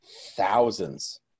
thousands